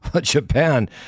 Japan